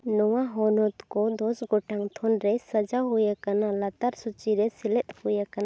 ᱱᱚᱣᱟ ᱦᱚᱱᱚᱛ ᱠᱚᱫᱚ ᱫᱚᱥ ᱜᱚᱴᱟᱝ ᱛᱷᱳᱱ ᱨᱮ ᱥᱟᱡᱟᱣ ᱦᱩᱭ ᱟᱠᱟᱱᱟ ᱞᱟᱛᱟᱨ ᱥᱩᱪᱤ ᱨᱮ ᱥᱮᱞᱮᱫ ᱦᱩᱭ ᱟᱠᱟᱱᱟ